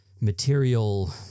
material